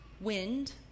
wind